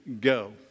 go